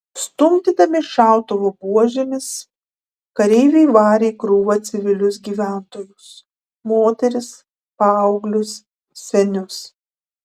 stumdydami šautuvų buožėmis kareiviai varė į krūvą civilius gyventojus moteris paauglius senius